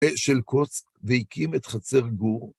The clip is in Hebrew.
של קוץ והקים את חצר גור.